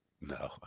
No